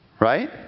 Right